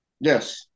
Yes